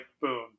boom